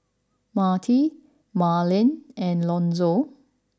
Matie Marlen and Lonzo